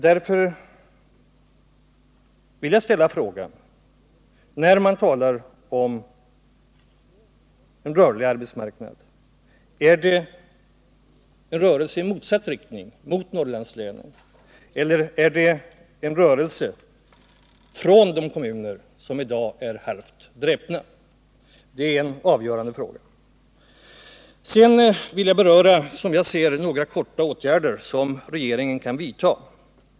Därför vill jag ställa frågan: Är det fråga om en rörelse mot Norrlandslänen eller en rörelse från de kommuner som i dag är halvt dräpta när man talar om en rörlig arbetsmarknad? Detta är en avgörande fråga. Sedan vill jag beröra några åtgärder som regeringen kan vidta på kort sikt.